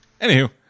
Anywho